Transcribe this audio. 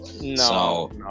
No